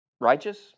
righteous